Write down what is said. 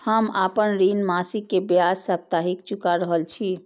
हम आपन ऋण मासिक के ब्याज साप्ताहिक चुका रहल छी